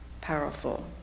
powerful